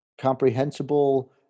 Comprehensible